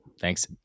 thanks